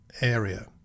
area